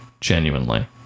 genuinely